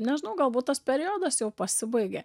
nežinau galbūt tas periodas jau pasibaigė